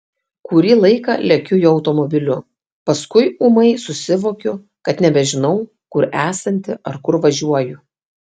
kurį laiką lekiu jo automobiliu paskui ūmai susivokiu kad nebežinau kur esanti ar kur važiuoju